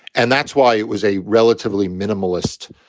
and that's why it was a relatively minimalist.